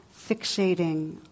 fixating